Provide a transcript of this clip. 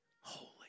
holy